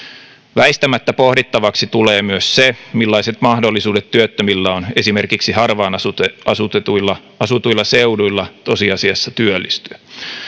väistämättä pohdittavaksi tulee myös se millaiset mahdollisuudet työttömillä on esimerkiksi harvaan asutuilla asutuilla seuduilla tosiasiassa työllistyä